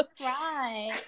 right